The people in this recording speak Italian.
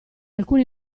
alcuni